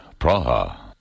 Praha